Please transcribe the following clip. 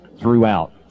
throughout